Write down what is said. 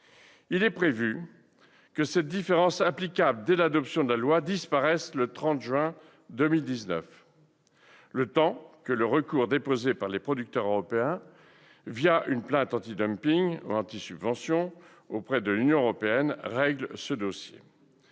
Il est prévu que cette différence, applicable dès l'adoption de la loi, disparaisse le 30 juin 2019, le temps que le recours déposé par les producteurs européens une plainte antidumping auprès de l'Union européenne règle ce dossier.